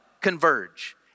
converge